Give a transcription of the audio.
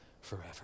forever